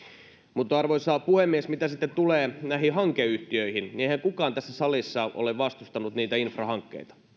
mutta arvoisa puhemies mitä sitten tulee näihin hankeyhtiöihin niin eihän kukaan tässä salissa ole vastustanut niitä infrahankkeita